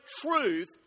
truth